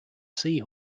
sea